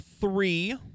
three